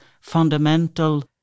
fundamental